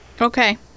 Okay